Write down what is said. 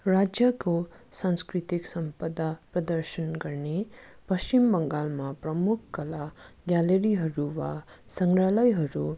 राज्यको सांस्कृतिक सम्पदा प्रदर्शन गर्ने पश्चिम बङ्गालमा प्रमुख कला ग्यालेरीहरू वा सङ्ग्रहलायहरू